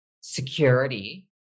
security